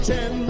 Ten